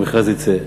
המכרז יצא.